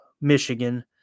Michigan